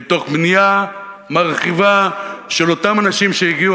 מתוך בנייה מרחיבה של אותם אנשים שהגיעו,